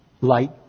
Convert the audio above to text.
Light